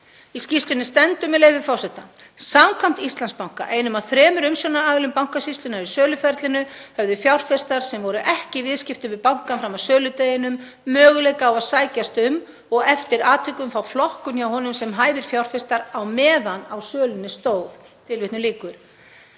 Í skýrslunni stendur, með leyfi forseta: „Samkvæmt Íslandsbanka, einum af þremur umsjónaraðilum Bankasýslunnar í söluferlinu, höfðu fjárfestar sem voru ekki í viðskiptum við bankann fram að söludeginum möguleika á að sækja um og eftir atvikum fá flokkun hjá honum sem hæfir fjárfestar á meðan á sölunni stóð.“ Þetta